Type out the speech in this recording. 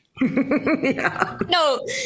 No